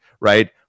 right